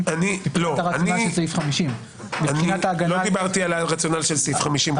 מבחינת --- של סעיף 50. לא דיברתי על הרציונל של סעיף 50 כרגע.